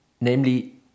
Namely